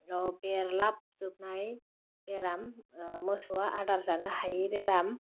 अह बेरलाबजोबनाय बेराम मोसौआ आदार जानो हायै बेराम